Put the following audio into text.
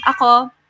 Ako